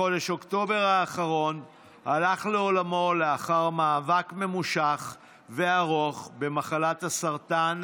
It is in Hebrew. בחודש אוקטובר האחרון הלך לעולמו לאחר מאבק ממושך וארוך במחלת הסרטן,